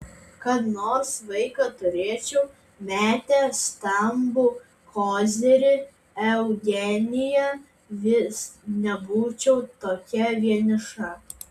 kad nors vaiką turėčiau metė stambų kozirį eugenija vis nebūčiau tokia vieniša